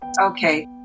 Okay